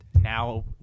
now